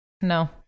no